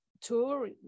tour